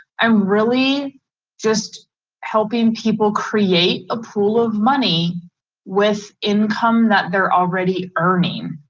um really just helping people create a pool of money with income that they're already earning.